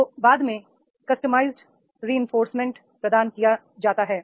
तो बाद में कस्टमाइज्ड रेनफोर्समेंटप्रदान किया जाता है